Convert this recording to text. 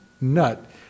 Nut